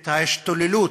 את ההשתוללות,